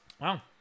Wow